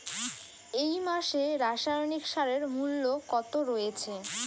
এই মাসে রাসায়নিক সারের মূল্য কত রয়েছে?